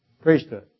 Priesthood